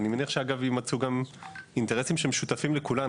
אני מניח שאגב יימצאו גם אינטרסים שהם משותפים לכולנו.